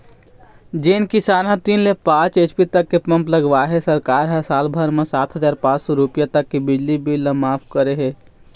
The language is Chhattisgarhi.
जेन किसान ह तीन ले पाँच एच.पी तक के पंप लगवाए हे सरकार ह साल भर म सात हजार पाँच सौ रूपिया तक के बिजली बिल ल मांफ करे हे